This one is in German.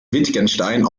wittgenstein